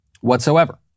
whatsoever